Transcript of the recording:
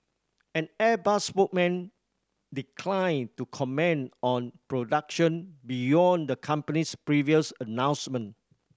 an Airbus spokesman declined to comment on production beyond the company's previous announcement